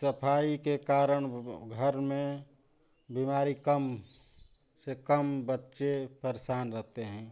सफाई के कारण घर में बीमारी कम से कम बच्चे परेशान रहते हैं